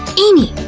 amy!